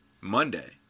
Monday